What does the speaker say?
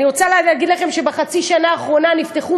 אני רוצה להגיד לכם שבחצי השנה האחרונה נפתחו